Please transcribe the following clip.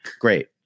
great